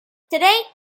today